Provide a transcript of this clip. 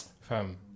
Fam